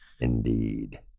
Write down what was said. Indeed